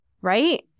Right